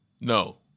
No